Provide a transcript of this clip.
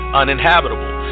uninhabitable